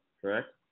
correct